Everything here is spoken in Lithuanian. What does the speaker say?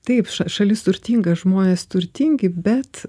taip šalis turtinga žmonės turtingi bet